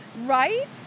Right